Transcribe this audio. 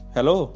Hello